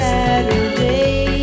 Saturday